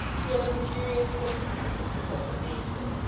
feel a mysterious sympathy with the tumult of nature,